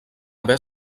haver